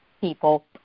people